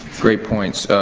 great points,